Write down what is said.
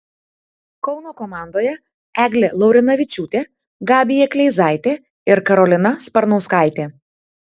kauno komandoje eglė laurinavičiūtė gabija kleizaitė ir karolina sparnauskaitė